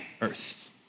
earth